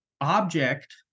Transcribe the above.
object